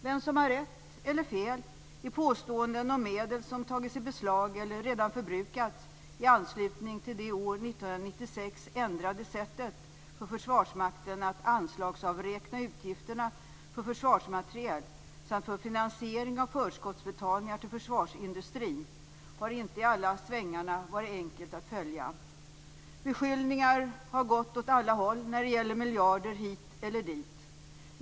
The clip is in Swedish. Vem som har rätt eller fel i påståenden om medel som tagits i beslag eller redan förbrukats i anslutning till det år 1996 ändrade sättet för Försvarsmakten att anslagsavräkna utgifterna för försvarsmateriel samt för finansiering av förskottsbetalningar till försvarsindustrin har inte i alla svängar varit enkelt att följa. Beskyllningar har gått åt alla håll när det gäller miljarder hit eller dit.